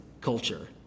culture